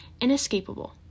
inescapable